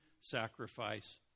sacrifice